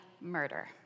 murder